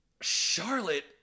Charlotte